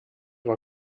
war